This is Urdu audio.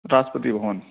راشٹرپتی بھورن